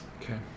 Okay